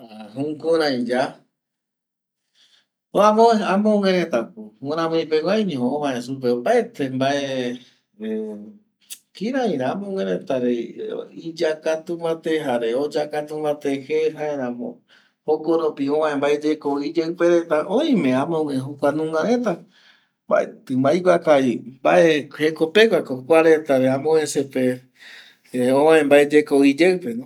Jukuerei ya amogüe reta ko guramui peguaiño ovae supe opaete mbae kirei ra amope reta iyakatu mbate jare oyakate mbate je jaeramo ko jokoropi ovae mbae yeko iyeipe reta oime amogüe reta mbaeti ma aikua kavi mbae jekopegua ko kua reta movese pe ovae mbae iyeko iyeipepe